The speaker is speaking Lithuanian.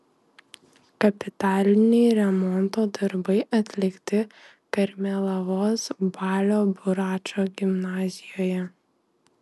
kapitaliniai remonto darbai atlikti karmėlavos balio buračo gimnazijoje